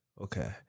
Okay